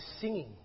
singing